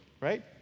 right